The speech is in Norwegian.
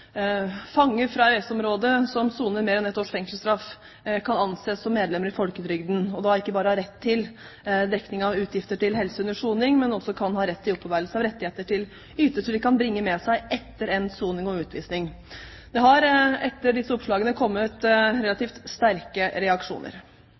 da ikke bare ha rett til dekning av utgifter til helsehjelp under soning, men også opparbeidelse av rettigheter de kan bringe med seg etter endt soning og utvisning. Det har etter disse oppslagene kommet